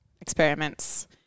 experiments